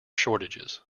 shortages